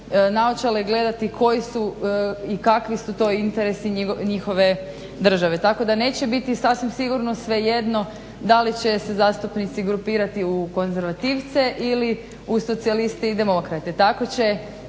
naočale gledati koji su i kakvi su to interesi njihove države. Tako da neće biti sasvim sigurno svejedno da li će se zastupnici grupirati u konzervativce ili u socijaliste i demokrate. Tako će